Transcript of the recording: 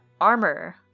Armor